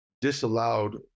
disallowed